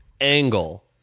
angle